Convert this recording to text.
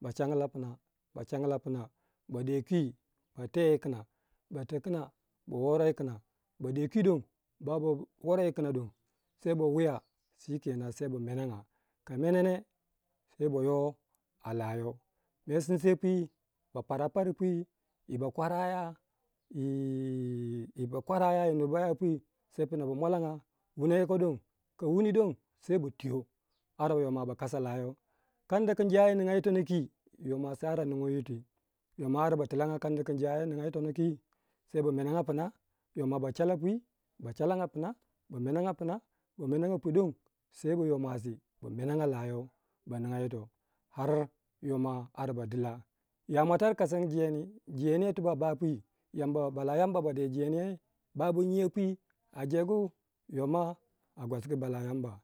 ba changla pna ba changla pna, ba de kwi ba te yikina ba ta kina ba wora yi kna ba de kwi dong baba wora yikna don sai ba wiya sai ba mena cikenan, ka mene sai ba ywa a layau, ka mer sissei pwi ba para par pwi yi bakwaraya yiii bakwaraya nurma ya pwi sai pna ba mwalanga ba wuni ka wuni dong sai ba twiyo yo mwa ba ara ba kasa layou, kanda ku injayo ninga yiton kwi, yo mwasi ara ningo yiti, yoma ba ara ba tilanga yadda ku njayo ninga yitono kwi, ba menenga pna yomwa ba chala pwi, ba chalanga pna ba menega pna ba menega pu don sei yo mwasi ba menega layau ba ninga yito har yomwa arr ba dira, ya mwatar kasangu jendi, jendi ye ba pwi bala Yamba ba de jendi yei ba nya pwi yoma a gwasgu bala Yamba.